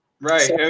right